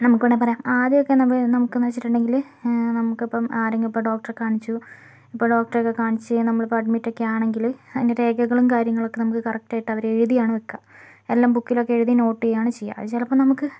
നമുക്ക് വേണമെങ്കിൽ പറയാം ആദ്യമൊക്കെ നമുക്കെന്ന് വച്ചിട്ടുണ്ടെങ്കിൽ നമുക്കിപ്പം ആരെങ്കിലുമിപ്പം ഡോക്ടറെ കാണിച്ചു ഇപ്പം ഡോക്ടറെയൊക്കെ കാണിച്ച് നമ്മളിപ്പം അഡ്മിറ്റൊക്കെ ആണെങ്കിൽ അതിൻ്റെ രേഖകളും കാര്യങ്ങളൊക്കെ നമുക്ക് കറക്ടായിട്ട് അവർ എഴുതിയാണ് വയ്ക്കുക എല്ലാം ബുക്കിലൊക്കെ എഴുതി നോട്ട് ചെയ്യുകയാണ് ചെയ്യുക അതു ചിലപ്പോൾ നമുക്ക്